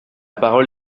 parole